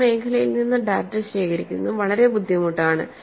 ആ മേഖലയിൽ നിന്ന് ഡാറ്റ ശേഖരിക്കുന്നത് വളരെ ബുദ്ധിമുട്ടാണ്